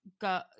go